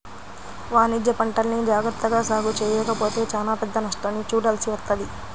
వాణిజ్యపంటల్ని జాగర్తగా సాగు చెయ్యకపోతే చానా పెద్ద నష్టాన్ని చూడాల్సి వత్తది